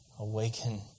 Awaken